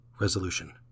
Resolution